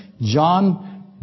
John